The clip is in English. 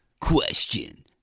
Question